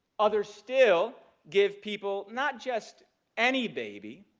other still, give people not just any baby,